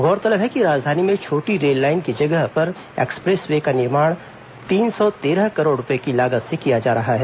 गौरतलब है कि राजधानी में छोटी रेललाइन की जगह पर एक्सप्रेस वे का निर्माण तीन सौ तेरह करोड़ रूपए की लागत से किया जा रहा है